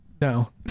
No